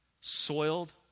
soiled